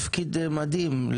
לעצב